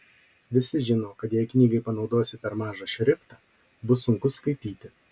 visi žino kad jei knygai panaudosi per mažą šriftą bus sunku skaityti